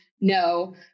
No